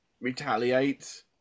retaliate